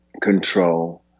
control